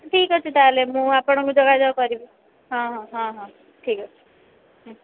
ଠିକ୍ ଅଛି ତାହେଲେ ମୁଁ ଆପଣଙ୍କୁ ଯୋଗାଯୋଗ କରିବି ହଁ ହଁ ହଁ ହଁ ଠିକ୍ ଅଛି ହୁଁ